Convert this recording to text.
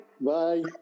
Bye